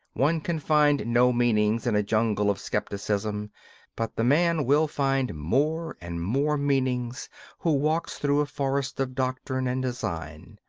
one can find no meanings in a jungle of scepticism but the man will find more and more meanings who walks through a forest of doctrine and design.